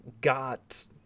got